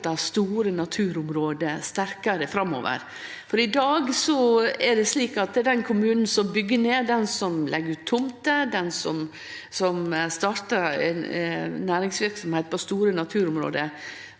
store naturområde sterkare framover? I dag er det slik at den kommunen som byggjer ned, den som legg ut tomter, den som startar ei næringsverksemd på store område